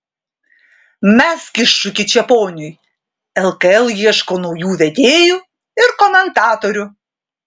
mesk iššūkį čeponiui lkl ieško naujų vedėjų ir komentatorių